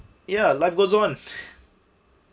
ya life goes on